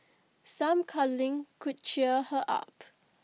some cuddling could cheer her up